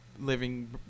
living